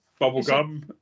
Bubblegum